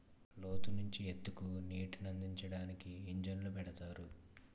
లోతు నుంచి ఎత్తుకి నీటినందించడానికి ఇంజన్లు పెడతారు